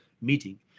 meeting